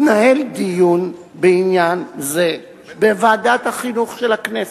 התנהל דיון בעניין זה בוועדת החינוך של הכנסת,